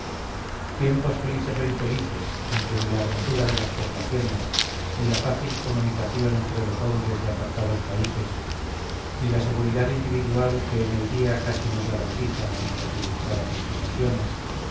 tiempos felices o infelices en que ni la hermosura de las poblaciones ni la fácil comunicación entre los hombres de apartados países ni la seguridad individual que en el día casi nos garantizan nuestras ilustradas legislaciones